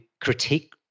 critique